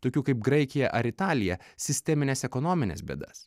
tokių kaip graikija ar italija sistemines ekonomines bėdas